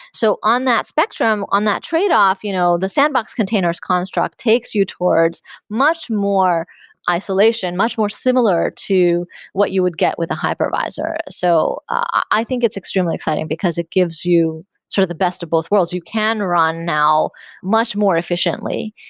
so on that spectrum, on that trade-off, you know the sandbox containers construct takes you towards much more isolation, much more similar to what you would get with a hypervisor. so i think it's extremely exciting because it gives you sort of the best of both worlds. you can run now much more efficiently.